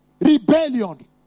Rebellion